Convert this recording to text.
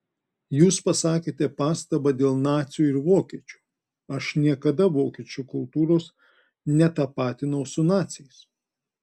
jūs pasakėte pastabą dėl nacių ir vokiečių aš niekada vokiečių kultūros netapatinau su naciais